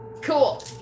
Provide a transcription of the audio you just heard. Cool